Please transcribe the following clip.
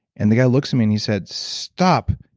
and the guy looks at me and he said stop.